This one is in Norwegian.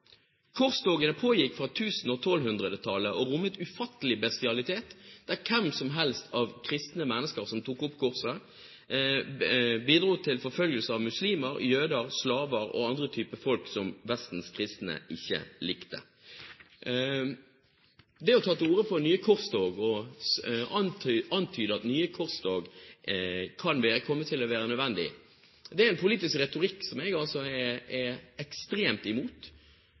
Korstogene pågikk fra 1000- til 1200-tallet og rommet ufattelig bestialitet, der hvem som helst av kristne mennesker som tok opp korset, bidro til forfølgelse av muslimer, jøder, slaver og andre typer folk som Vestens kristne ikke likte. Det å ta til orde for nye korstog og antyde at nye korstog kan komme til å bli nødvendig, er en politisk retorikk som jeg er ekstremt imot.